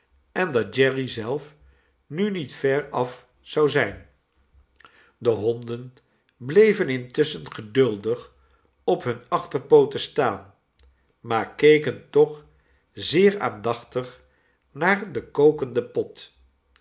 en dat jerry zelf nu niet ver af zou zijn de honden bleven intusschen geduldig op hunne achterpooten staan maar keken toch zeer aandachtig naar den kokenden pot